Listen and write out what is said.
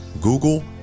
Google